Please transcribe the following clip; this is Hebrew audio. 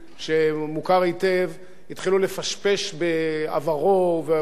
התחילו לפשפש בעבר ובהווה של יובל דיסקין,